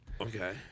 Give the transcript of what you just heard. Okay